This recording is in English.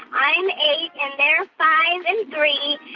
i'm eight, and they're five and three.